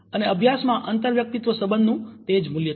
અને અભ્યાસમાં આંતરવ્યક્તિત્વ સબંધનું તે જ મુલ્ય છે